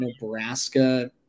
Nebraska-